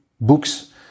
books